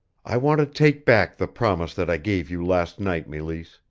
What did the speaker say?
i want to take back the promise that i gave you last night, meleese.